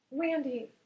Randy